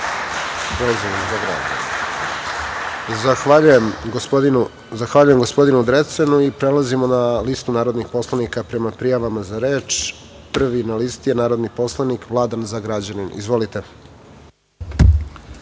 Zahvaljujem gospodinu Drecunu. Prelazimo na listu narodnih poslanika prema prijavama za reč. Prvi na listi je narodni poslanik Vlada Zagrađanin. Izvolite.